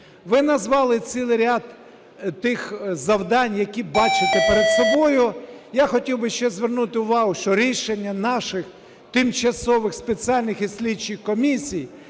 Ви назвали цілий ряд тих завдань, які бачите перед собою. Я хотів би ще звернути увагу, що рішення наших тимчасових спеціальних і слідчих комісій